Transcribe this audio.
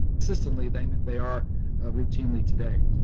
consistently than they are routinely today,